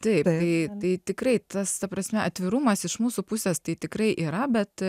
taip tai tai tikrai tas ta prasme atvirumas iš mūsų pusės tai tikrai yra bet